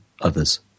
others